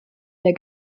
der